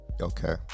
okay